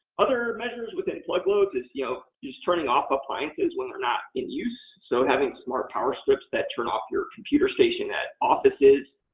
other measures within plug load is you know just turning off appliances when they're not in use. so, having smart power strips that turn off your computer station at offices.